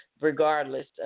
regardless